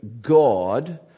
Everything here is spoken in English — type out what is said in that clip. God